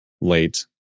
late